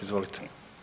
Izvolite.